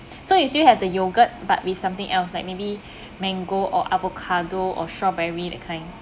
so it still have the yogurt but with something else like maybe mango or avocado or strawberry that kind